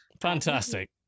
Fantastic